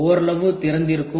ஓரளவு திறந்திருக்கும்